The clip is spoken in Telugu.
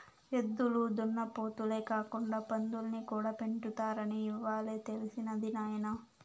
ఎద్దులు దున్నపోతులే కాకుండా పందుల్ని కూడా పెంచుతారని ఇవ్వాలే తెలిసినది నాయన